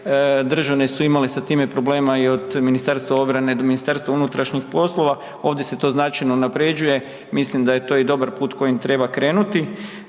državne su imale sa tim problema i od Ministarstva obrane do MUP-a ovdje se to značajno unapređuje. Mislim da je to dobar put kojim treba krenuti,